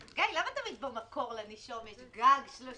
גיא, למה תמיד במקור לנישום יש גג 30